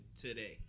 today